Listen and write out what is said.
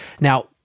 Now